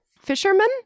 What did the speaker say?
fisherman